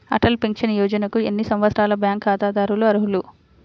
Atal pension యోజనకు ఎన్ని సంవత్సరాల బ్యాంక్ ఖాతాదారులు అర్హులు?